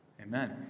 Amen